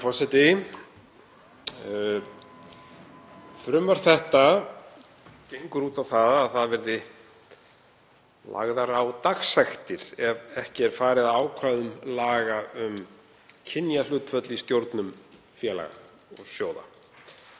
Herra forseti. Frumvarp þetta gengur út á að lagðar verði á dagsektir ef ekki er farið að ákvæðum laga um kynjahlutföll í stjórnum félaga og sjóða.